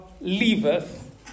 Leaveth